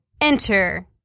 enter